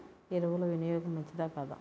ఎరువుల వినియోగం మంచిదా కాదా?